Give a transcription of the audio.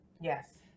Yes